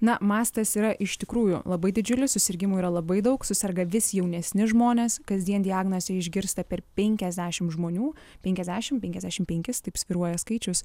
na mastas yra iš tikrųjų labai didžiulis susirgimų yra labai daug suserga vis jaunesni žmonės kasdien diagnozę išgirsta per penkiasdešimt žmonių penkiasdešimt penkiasdešimt penki taip svyruoja skaičius